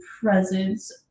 presence